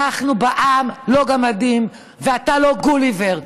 אנחנו בעם לא גמדים, ואתה לא גוליבר.